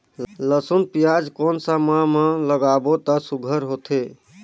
लसुन पियाज कोन सा माह म लागाबो त सुघ्घर होथे?